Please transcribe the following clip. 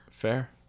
Fair